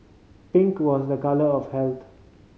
pink was a colour of health